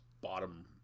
bottom